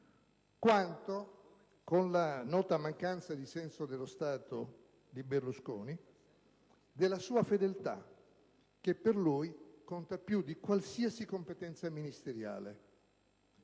quanto - con la nota mancanza di senso dello Stato che gli è propria - della sua fedeltà, che per lui conta più di qualsiasi competenza ministeriale.